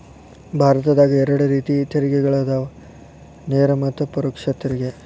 ಭಾರತದಾಗ ಎರಡ ರೇತಿ ತೆರಿಗೆಗಳದಾವ ನೇರ ಮತ್ತ ಪರೋಕ್ಷ ತೆರಿಗೆ